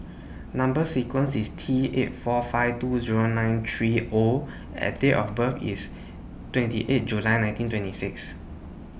Number sequence IS T eight four five two Zero nine three O and Date of birth IS twenty eight July nineteen twenty six